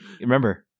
remember